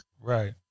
Right